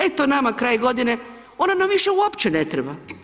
Eto nama kraj godine, ona nam više uopće ne treba.